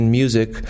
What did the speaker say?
music